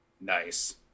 Nice